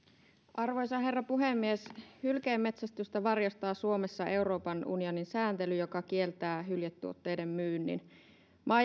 arvoisa herra puhemies hylkeenmetsästystä varjostaa suomessa euroopan unionin sääntely joka kieltää hyljetuotteiden myynnin maa